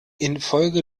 infolge